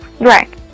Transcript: Right